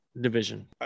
division